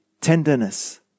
tenderness